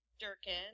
Durkin